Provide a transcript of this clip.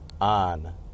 On